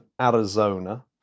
Arizona